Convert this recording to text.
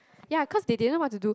ya cause they didn't know what to do